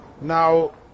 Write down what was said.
Now